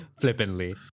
flippantly